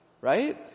Right